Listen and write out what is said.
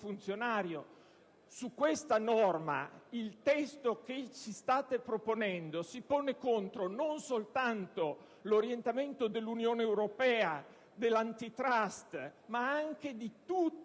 funzionario? Su questa norma il testo che ci state proponendo si pone contro non soltanto l'orientamento dell'Unione europea e dell'*Antitrust*, ma anche di tutte,